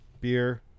Beer